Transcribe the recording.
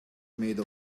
made